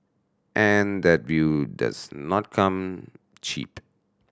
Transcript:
and that view does not come cheap